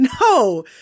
No